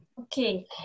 Okay